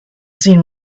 seen